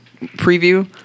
preview